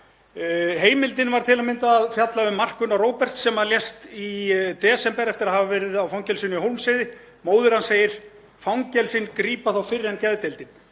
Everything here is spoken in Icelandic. Heimildin var til að mynda að fjalla um Mark Gunnar Roberts sem lést í desember eftir að hafa verið í fangelsinu á Hólmsheiði. Móðir hans segir: „Fangelsin grípa þá fyrr en geðdeildin.